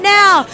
now